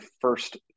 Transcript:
first